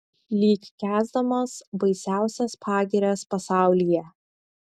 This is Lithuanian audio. lyg kęsdamas baisiausias pagirias pasaulyje